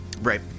right